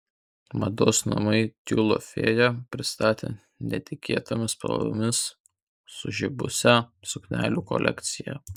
mados namai tiulio fėja pristatė netikėtomis spalvomis sužibusią suknelių kolekciją